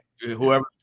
whoever